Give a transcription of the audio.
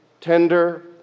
tender